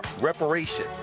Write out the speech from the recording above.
reparation